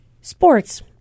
Sports